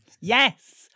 Yes